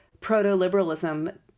proto-liberalism